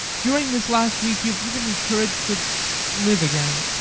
during this last week you have given me courage to live again.